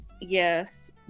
yes